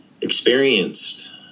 experienced